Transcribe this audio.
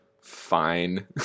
fine